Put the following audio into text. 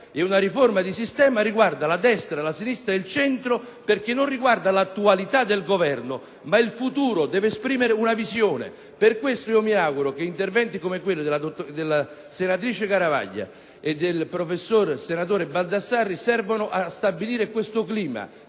ad una riforma di sistema che riguarda la destra, la sinistra ed il centro, e non l’attualita del Governo, ma il futuro; deve esprimere una visione. Per questo, mi auguro che interventi come quelli della senatrice Garavaglia e del professore e senatore Baldassarri servano a stabilire questo clima